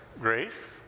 grace